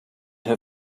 her